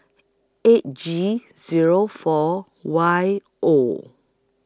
eight G Zero four Y O